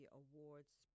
awards